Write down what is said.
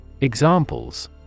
Examples